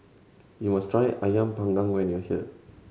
you must try Ayam Panggang when you are here